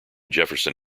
jefferson